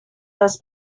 les